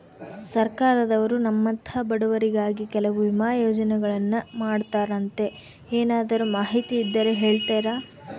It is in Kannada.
ಸರ್ಕಾರದವರು ನಮ್ಮಂಥ ಬಡವರಿಗಾಗಿ ಕೆಲವು ವಿಮಾ ಯೋಜನೆಗಳನ್ನ ಮಾಡ್ತಾರಂತೆ ಏನಾದರೂ ಮಾಹಿತಿ ಇದ್ದರೆ ಹೇಳ್ತೇರಾ?